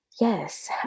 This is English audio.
Yes